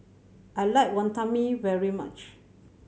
I like Wantan Mee very much